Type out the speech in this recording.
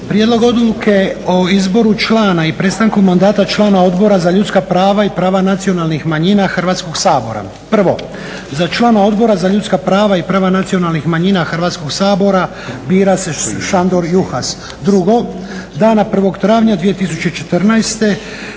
Prijedlog odluke o izboru člana i prestanku mandata člana Odbora za ljudska prava i prava nacionalnih manjina Hrvatskog sabora. Prvo, za člana Odbora za ljudska prava i prava nacionalnih manjina Hrvatskog sabora bira se Šandor Juhas. Drugo, dana 1.travnja